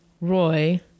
roy